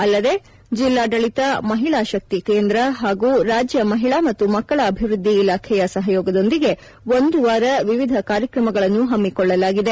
ಅಲ್ಲದೆ ಜಿಲ್ಲಾದಳಿತ ಮಹಿಳಾಶಕ್ತಿ ಕೇಂದ್ರ ಹಾಗೂ ರಾಜ್ಯ ಮಹಿಳಾ ಮತ್ತು ಮಕ್ಕಳ ಅಭಿವೃದ್ಧಿ ಇಲಾಖೆಯ ಸಹಯೋಗದೊಂದಿಗೆ ಒಂದುವಾರ ಕಾರ್ಯಕ್ರಮಗಳನ್ನು ಹಮ್ಮಿಕೊಳ್ಳಲಾಗಿದೆ